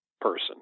person